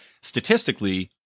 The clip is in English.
statistically